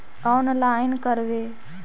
Online करवे?